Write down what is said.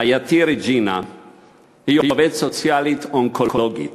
רעייתי רג'ינה היא עובדת סוציאלית אונקולוגית.